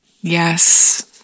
Yes